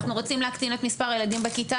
אנחנו רוצים להקטין את מספר הילדים בכיתה,